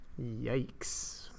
yikes